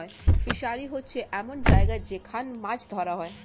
fishery হচ্ছে এমন জায়গা যেখান মাছ ধরা হয়